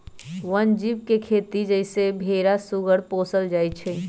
वन जीव के खेती जइसे भेरा सूगर पोशल जायल जाइ छइ